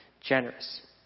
generous